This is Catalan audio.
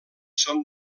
són